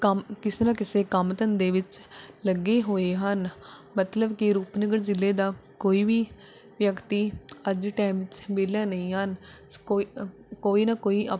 ਕੰਮ ਕਿਸੇ ਨਾ ਕਿਸੇ ਕੰਮ ਧੰਦੇ ਵਿੱਚ ਲੱਗੇ ਹੋਏ ਹਨ ਮਤਲਬ ਕਿ ਰੂਪਨਗਰ ਜ਼ਿਲ੍ਹੇ ਦਾ ਕੋਈ ਵੀ ਵਿਅਕਤੀ ਅੱਜ ਦੇ ਟਾਈਮ ਵਿੱਚ ਵਿਹਲਾ ਨਹੀਂ ਹਨ ਸ ਕੋਈ ਅ ਕੋਈ ਨਾ ਕੋਈ ਆਪਣਾ